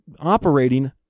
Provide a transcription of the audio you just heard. operating